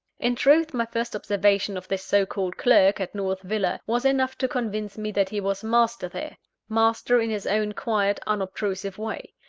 in truth, my first observation of this so-called clerk, at north villa, was enough to convince me that he was master there master in his own quiet, unobtrusive way.